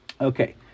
okay